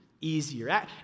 easier